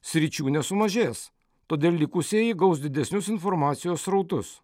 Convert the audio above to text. sričių nesumažės todėl likusieji gaus didesnius informacijos srautus